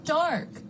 dark